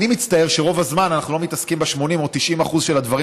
אני מצטער שרוב הזמן אנחנו לא מתעסקים ב-80% או 90% של הדברים